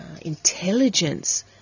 intelligence